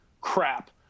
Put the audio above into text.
crap